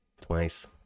twice